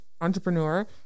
entrepreneur